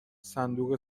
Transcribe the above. صندوق